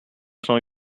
cents